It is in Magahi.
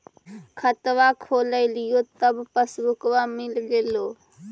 खतवा खोलैलहो तव पसबुकवा मिल गेलो?